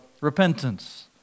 repentance